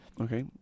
Okay